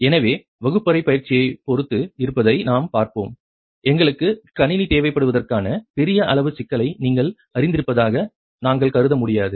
எனவே வகுப்பறை பயிற்சியை பொருத்து இருப்பதை நாம் பார்ப்போம் எங்களுக்கு கணினி தேவைப்படுவதற்கான பெரிய அளவு சிக்கலை நீங்கள் அறிந்திருப்பதாக நாங்கள் கருத முடியாது